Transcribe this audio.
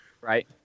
Right